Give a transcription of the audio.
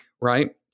right